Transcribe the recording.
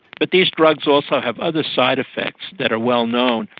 but these drugs also have other side effects that are well known,